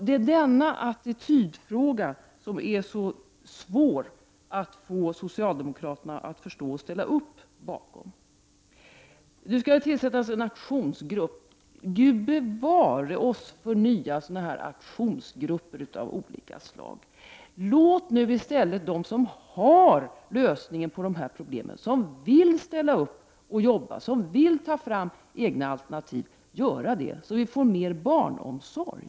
Det är en attitydfråga, och det är det svårt att få socialdemokraterna att förstå. Än svårare är det att få socialdemokraterna att ställa upp på att ändra den attityden. Nu skall det tillsättas en aktionsgrupp. Gud bevara oss för nya aktionsgrupper av olika slag! Låt nu i stället dem som vill ställa upp och jobba, som vill ta fram egna alternativ, göra det så att vi får mer barnomsorg!